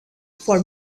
for